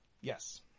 Yes